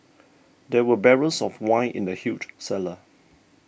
there were barrels of wine in the huge cellar